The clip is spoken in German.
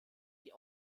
die